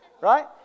Right